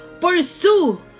pursue